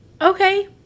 okay